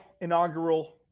inaugural